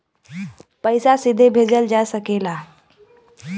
पइसा सीधे भेजल जा सकेला